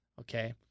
Okay